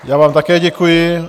Já vám také děkuji.